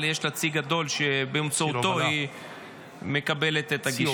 אבל יש לה צי גדול שבאמצעותו היא מקבלת את הגישה.